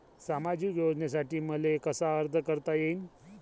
सामाजिक योजनेसाठी मले कसा अर्ज करता येईन?